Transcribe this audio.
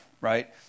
right